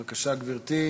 בבקשה, גברתי,